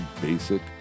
basic